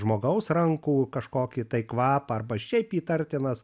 žmogaus rankų kažkokį tai kvapą arba šiaip įtartinas